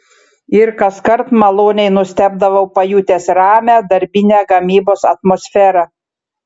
ir kaskart maloniai nustebdavau pajutęs ramią darbinę gamybos atmosferą